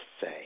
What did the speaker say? say